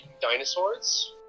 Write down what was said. dinosaurs